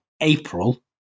April